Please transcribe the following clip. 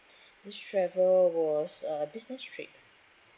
this travel was a business trip